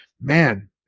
man